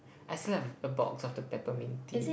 I still have a box of the peppermint tea